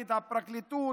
נגד הפרקליטות,